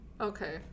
okay